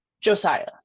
josiah